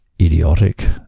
idiotic